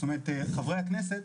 זאת אומרת חברי הכנסת,